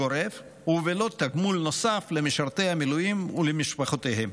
גורף ובלא תגמול נוסף למשרתי המילואים ולמשפחותיהם.